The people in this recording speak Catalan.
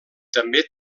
també